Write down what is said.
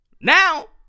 Now